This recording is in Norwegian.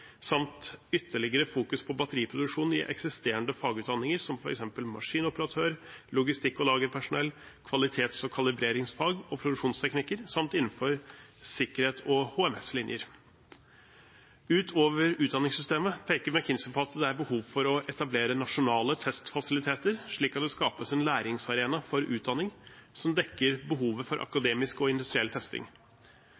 samt ytterligere fokus på batteriproduksjon i eksisterende fagutdanninger som f.eks. maskinoperatør, logistikk- og lagerpersonell, kvalitets- og kalibreringsfag og produksjonsteknikker, samt innenfor sikkerhet og HMS-linjer. Utover utdanningssystemet peker McKinsey på at det er behov for å etablere nasjonale testfasiliteter, slik at det skapes en læringsarena for utdanning som dekker behovet for